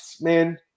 man